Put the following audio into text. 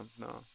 No